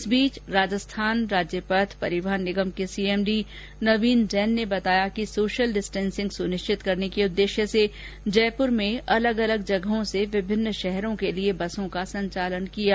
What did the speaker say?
इस बीच राजस्थान राज्य पथ परिवहन निगम के सीएमडी नवीन जैन ने बताया कि सोशल डिस्टेंसिंग सुनिश्चित करने के उद्देश्य से जयपूर में अलग अलग जगहों से विभिन्न शहरों के लिए बसों का संचालन किया जा रहा है